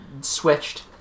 switched